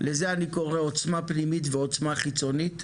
לזה אני קורא עוצמה פנימית ועוצמה חיצונית.